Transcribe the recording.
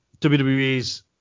WWE's